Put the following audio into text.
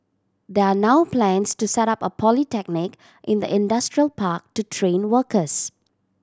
there are now plans to set up a polytechnic in the industrial park to train workers